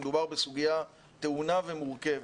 כאשר מדובר בסוגיה טעונה ומורכבת.